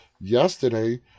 yesterday